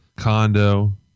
condo